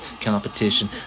Competition